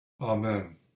Amen